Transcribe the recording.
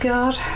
God